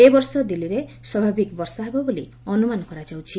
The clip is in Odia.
ଏବର୍ଷ ଦିଲ୍ଲୀରେ ସ୍ୱାଭାବିକ ବର୍ଷା ହେବ ବୋଲି ଅନ୍ତମାନ କରାଯାଇଛି